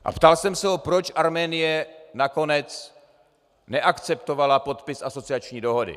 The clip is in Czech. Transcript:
A ptal jsem se ho, proč Arménie nakonec neakceptovala podpis asociační dohody.